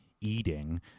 eating